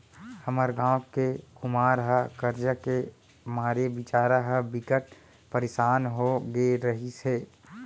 हमर गांव के कुमार ह करजा के मारे बिचारा ह बिकट परसान हो गे रिहिस हे